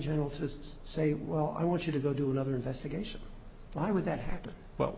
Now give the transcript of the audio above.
general to say well i want you to go do another investigation why would that happen but